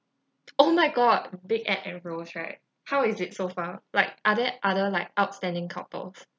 oh my god big ed and rose right how is it so far like are there like other outstanding couples